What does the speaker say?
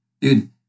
Dude